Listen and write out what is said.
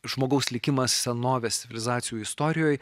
žmogaus likimas senovės civilizacijų istorijoj